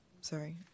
Sorry